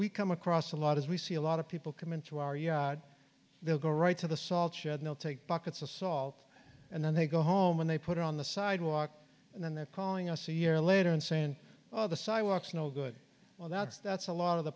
we come across a lot as we see a lot of people come into our yard they'll go right to the salt shed no take buckets of salt and then they go home and they put it on the sidewalk and then they're calling us a year later and saying oh the sidewalks no good well that's that's a lot of the